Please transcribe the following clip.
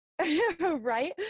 right